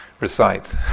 recite